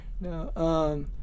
no